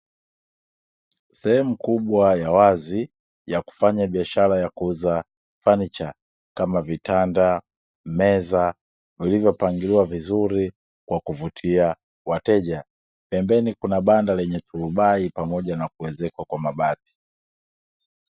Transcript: Sehemu kubwa ya wazi ya kufanya biashara ya kuuza fanicha, kama vitanda, meza, vilivyopangiliwa vizuri kwa kuvutia wateja. Pembeni kuna banda lenye turubai pamoja na kuezekwa kwa mabati.